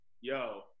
yo